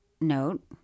note